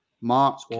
Mark